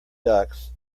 ducks